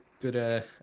good